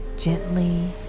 gently